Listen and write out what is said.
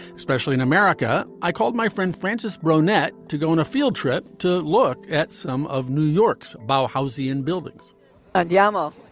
especially in america. i called my friend francis baronet to go on a field trip to look at some of new york's bough houses and buildings and yamal,